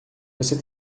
você